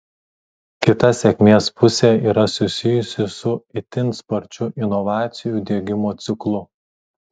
kita sėkmės pusė yra susijusi su itin sparčiu inovacijų diegimo ciklu